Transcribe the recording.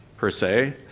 per se,